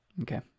Okay